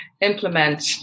implement